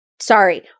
Sorry